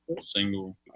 single